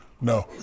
No